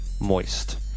moist